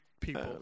people